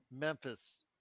Memphis